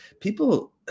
people